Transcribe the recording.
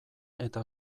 eta